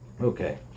Okay